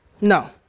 No